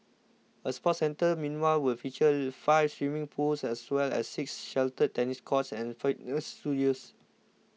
a sports centre meanwhile will feature five swimming pools as well as six sheltered tennis courts and fitness studios